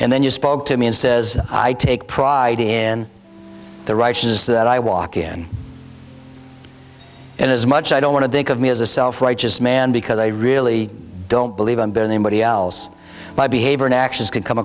and then you spoke to me and says i take pride in the rushes that i walk in and as much i don't want to think of me as a self righteous man because i really don't believe i'm doing the body else my behavior and actions could come